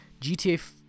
GTA